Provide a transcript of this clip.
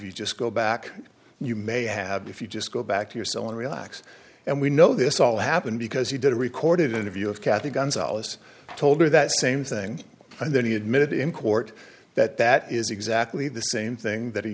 you just go back you may have if you just go back to your so on relax and we know this all happened because he did a recorded interview with kathy gonzales told her that same thing and then he admitted in court that that is exactly the same thing that he